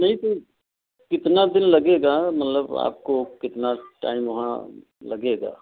नहीं तो कितने दिन लगेगा मतलब आपको कितना टाइम वहाँ लगेगा